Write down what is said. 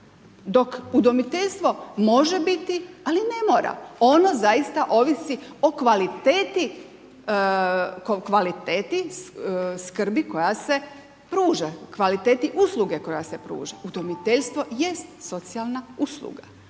dok udomiteljstvo može biti ali ne mora. Ono zaista ovisi o kvaliteti skrbi koja se pruža, kvaliteti usluge koja se pruža. Udomiteljstvo jest socijalna usluga.